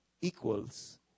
equals